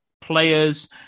players